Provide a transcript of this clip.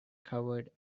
covered